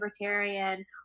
libertarian